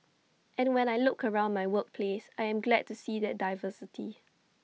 and when I look around my workplace I am glad to see that diversity